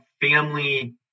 family